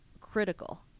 critical